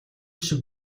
шиг